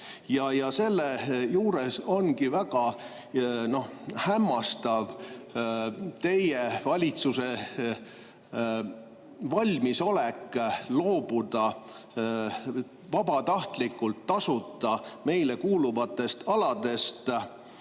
ära. Selle juures ongi väga hämmastav teie valitsuse valmisolek loobuda vabatahtlikult, tasuta, meile kuuluvatest aladest.